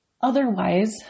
Otherwise